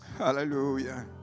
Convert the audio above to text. Hallelujah